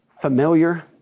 familiar